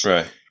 Right